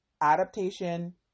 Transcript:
adaptation